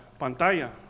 pantalla